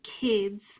kids